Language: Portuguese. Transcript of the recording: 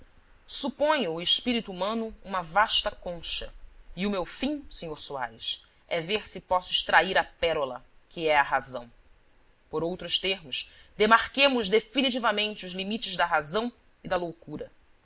suponho o espírito humano uma vasta concha o meu fim sr soares é ver se posso extrair a pérola que é a razão por outros termos demarquemos definitivamente os limites da razão e da loucura